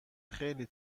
خیلی